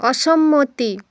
অসম্মতি